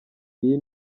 iyi